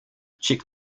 check